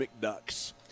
McDucks